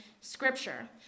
scripture